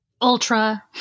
ultra